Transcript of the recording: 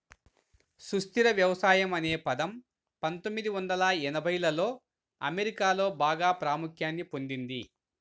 సుస్థిర వ్యవసాయం అనే పదం పందొమ్మిది వందల ఎనభైలలో అమెరికాలో బాగా ప్రాముఖ్యాన్ని పొందింది